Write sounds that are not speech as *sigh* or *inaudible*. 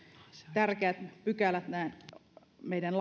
tärkeät pykälät meidän *unintelligible*